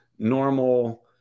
normal